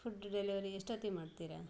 food delivery ಎಷ್ಟೊತ್ತಿಗೆ ಮಾಡ್ತೀರ